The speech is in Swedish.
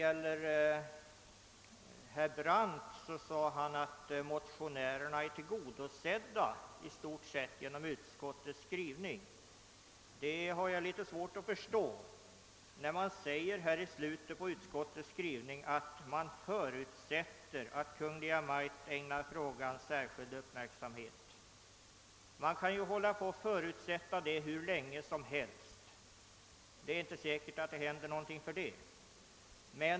Herr Brandt sade att motionärernas önskemål i stort sett tillgodosetts genom utskottets skrivning. Jag har dock litet svårt att förstå detta eftersom det i slutet av utskottets utlåtande bara framhålles att det förutsättes att Kungl. Maj:t ägnar frågan särskild uppmärksamhet. Man kan ju hålla på att förutsätta så länge som helst utan att det händer någonting.